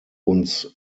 uns